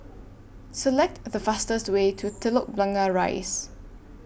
Select The fastest Way to Telok Blangah Rise